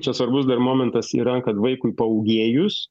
čia svarbus dar momentas yra kad vaikui paūgėjus